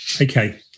okay